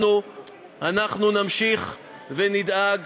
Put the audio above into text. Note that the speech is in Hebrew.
אנחנו נמשיך ונדאג